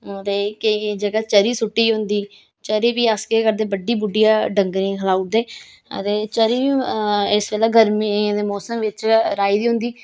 ते केईं केईं जगह् चर्री सुट्टी दी होंदी चर्री बी अस केह् करदे बड्डी बुड्डियै डंगरें गी खलाऊ उड़दे ते चर्री इस बेल्लै गर्मियें दे मौसम बिच्च राही दी होंदी